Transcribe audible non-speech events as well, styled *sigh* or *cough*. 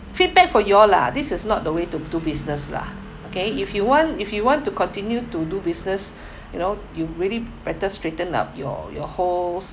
feedback for you all lah this is not the way to do business lah okay if you want if you want to continue to do business *breath* you know you really better straighten up your your whole